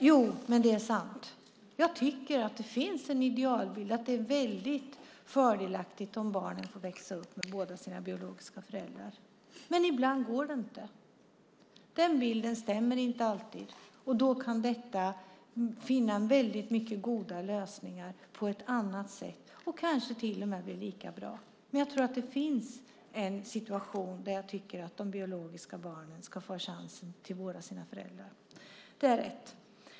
Herr talman! Ja, det är sant att jag tycker att det finns en idealbild, att det är väldigt fördelaktigt om barnen får växa upp med båda sina biologiska föräldrar. Men ibland går det inte. Den bilden stämmer inte alltid, och då kan det finnas väldigt många goda lösningar på annat sätt, och kanske blir det till och med lika bra. Men det finns en situation där jag tycker att de biologiska barnen ska ha rätten till båda sina föräldrar. Det är riktigt.